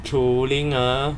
trolling ah